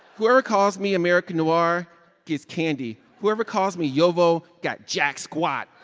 whoever calls me american noir gets candy. whoever calls me yovo got jack squat.